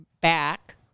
back